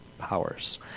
powers